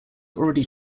already